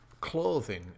clothing